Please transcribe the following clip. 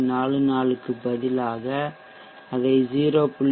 44 க்கு பதிலாக அதை 0